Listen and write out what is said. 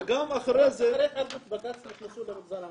רק אחרי התערבות בג"ץ נכנסו למגזר הערבי.